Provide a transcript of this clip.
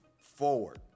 forward